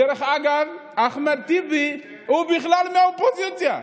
דרך אגב, אחמד טיבי הוא בכלל מהאופוזיציה.